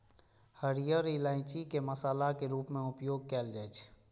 हरियर इलायची के मसाला के रूप मे उपयोग कैल जाइ छै